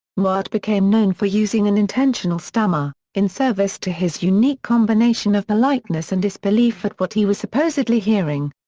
newhart became known for using an intentional stammer, in service to his unique combination of politeness and disbelief at what he was supposedly hearing.